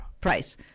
price